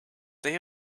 day